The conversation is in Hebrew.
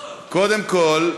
קודם כול,